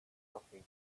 nothing